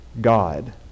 God